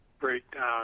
breakdown